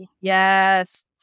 Yes